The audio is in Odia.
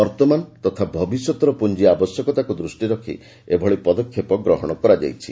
ବର୍ତ୍ତମାନ ତଥା ଭବିଷ୍ୟତର ପୁଞ୍ଜି ଆବଶ୍ୟକତାକୁ ଦୃଷ୍ଟିରେ ରଖି ଏଭଳି ପଦକ୍ଷେପ ଗ୍ରହଣ କରାଯାଇଛି